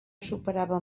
superava